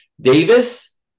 Davis